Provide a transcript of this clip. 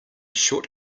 short